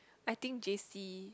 I think j_c